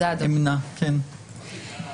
בבקשה.